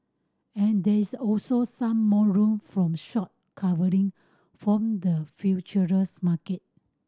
and there is also some more room from short covering from the futures market